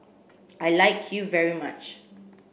I like you very much